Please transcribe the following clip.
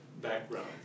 background